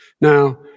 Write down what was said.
Now